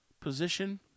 position